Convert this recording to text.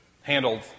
handled